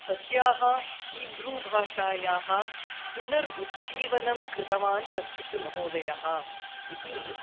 तस्याः हीभ्रू भाषायाः पुनरुज्जीवनं कृतवान् कश्चित् महोदयः इति